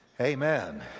Amen